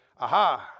Aha